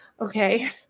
okay